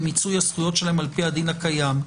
במיצוי הזכויות שלהם לפי הדין הקיים,